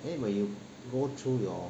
then when you go through your